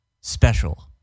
special